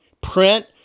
print